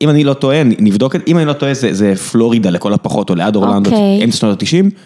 אם אני לא טועה, נבדוק, אם אני לא טועה, זה, זה פלורידה לכל הפחות, או ליד אורלנדו, אמצע שנות ה-90.